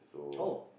oh